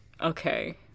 okay